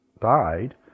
died